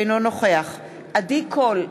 אינו נוכח עדי קול,